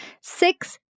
six